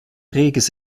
reges